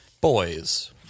Boys